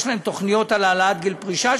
יש להם תוכניות על העלאת גיל הפרישה,